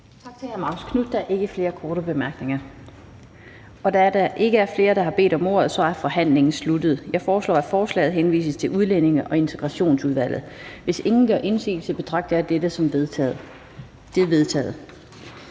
tak til ordføreren. Der er ikke flere korte bemærkninger. Da der ikke er flere, som har bedt om ordet, er forhandlingen sluttet. Jeg foreslår, at forslaget henvises til Udlændinge- og Integrationsudvalget. Hvis ingen gør indsigelse, betragter jeg det som vedtaget. Det er vedtaget.